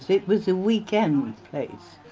it was a weekend place.